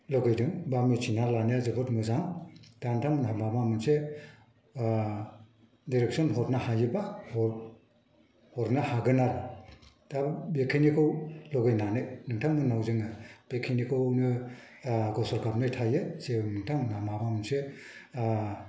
लुगैदों बा मिथिना लानाया जोबोद मोजां दा नोंथांमोना माबा मोनसे डिरेक्सन हरनो हायोबा हरनो हागोन आरो दा बेखिनिखौ लुगैनानै नोंथांमोननाव जोङो बेखिनिखौनो गसरगाबनाय थायो जे नोंथांमोनहा माबा मोनसे